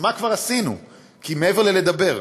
אז מה כבר עשינו מעבר ללדבר?